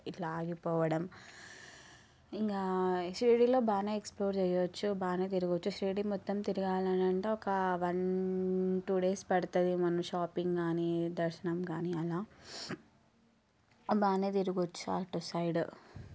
ఇట్లా ఆగిపోవడం ఇంకా షిరిడీలో బాగానే ఎక్స్ప్లోర్ చేయవచ్చు బాగానే తిరగచ్చు షిరిడి మొత్తం తిరగాలంటే ఒక వన్ టూ డేస్ పడుతుంది మనం షాపింగ్ కాని దర్శనం కానీ అలా బాగానే తిరగచ్చు అటు సైడ్